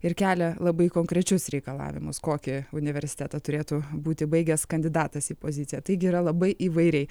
ir kelia labai konkrečius reikalavimus kokį universitetą turėtų būti baigęs kandidatas į poziciją taigi yra labai įvairiai